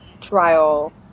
trial